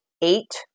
eight